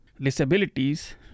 disabilities